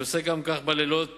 שעושה גם כך לילות